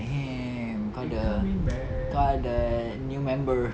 damn kau ada kau ada new member